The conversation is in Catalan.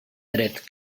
tret